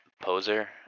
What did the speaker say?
poser